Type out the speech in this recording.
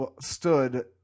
stood